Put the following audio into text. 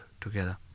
together